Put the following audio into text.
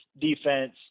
defense